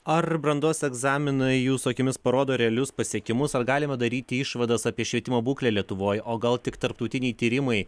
ar brandos egzaminai jūsų akimis parodo realius pasiekimus ar galima daryti išvadas apie švietimo būklę lietuvoj o gal tik tarptautiniai tyrimai